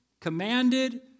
commanded